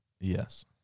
Yes